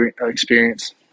experience